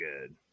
good